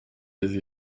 des